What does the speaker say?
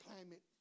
climate